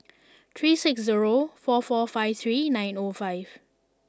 three six zero four four five three nine O five